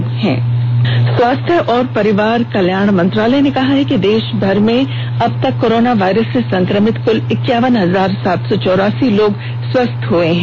केंद्रीय स्वास्थ्य और परिवार कल्याण मंत्रालय ने कहा है कि देश भर में अब तक कोरोना वायरस से संक्रमित क्ल इक्यावन हजार सात सौ चौरासी लोग अब तक स्वस्थ हुए हैं